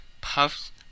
puffs